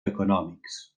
econòmics